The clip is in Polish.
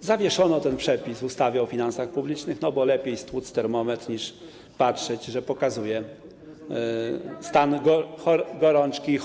zawieszono ten przepis w ustawie o finansach publicznych, bo lepiej stłuc termometr, niż patrzeć, że pokazuje stan gorączki i choroby.